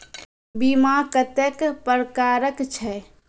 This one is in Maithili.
बीमा कत्तेक प्रकारक छै?